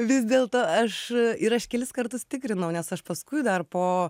vis dėlto aš ir aš kelis kartus tikrinau nes aš paskui dar po